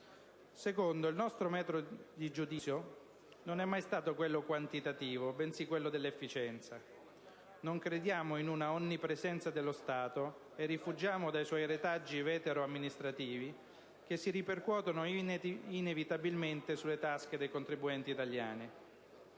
luogo, il nostro metro di giudizio non è mai stato quello quantitativo bensì quello dell'efficienza. Non crediamo in una onnipresenza dello Stato e rifuggiamo dai suoi retaggi vetero-amministrativi, che si ripercuotono inevitabilmente sulle tasche dei contribuenti italiani.